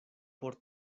por